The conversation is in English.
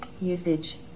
usage